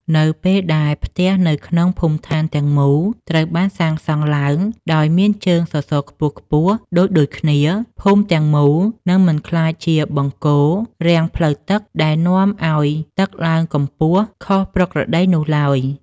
នៅពេលដែលផ្ទះនៅក្នុងភូមិឋានទាំងមូលត្រូវបានសាងសង់ឡើងដោយមានជើងសសរខ្ពស់ដូចៗគ្នា ភូមិទាំងមូលនឹងមិនក្លាយជាបង្គោលរាំងផ្លូវទឹកដែលនាំឱ្យទឹកឡើងកម្ពស់ខុសប្រក្រតីនោះឡើយ។